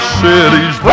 cities